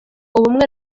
ubumwe